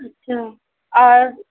اچھا اور